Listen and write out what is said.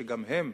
שגם הם,